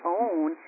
own